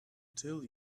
tell